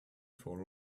for